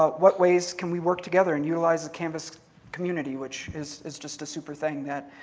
what ways can we work together and utilize the canvas community, which is is just a super thing?